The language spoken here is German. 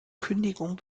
kündigung